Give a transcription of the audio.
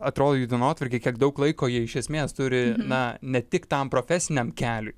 atrodo jų dienotvarkė kiek daug laiko jie iš esmės turi na ne tik tam profesiniam keliui